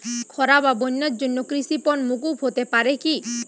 খরা বা বন্যার জন্য কৃষিঋণ মূকুপ হতে পারে কি?